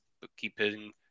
bookkeeping